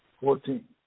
Fourteen